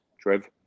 Trev